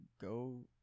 go